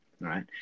right